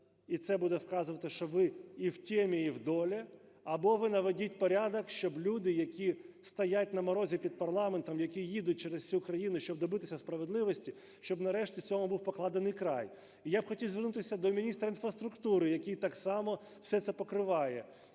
і це буде вказувати, що ви і в теме, і в доле, або ви наведіть порядок, щоб люди, які стоять на морозі під парламентом, які їдуть через всю країну, щоб добитися справедливості, щоб нарешті цьому був покладений край. І я б хотів звернутися до міністра інфраструктури, який так само все покриває,